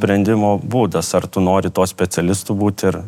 apsisprendimo būdas ar tu nori tuo specialistu būt ir